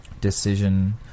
decision